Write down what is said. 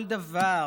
כל דבר,